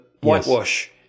whitewash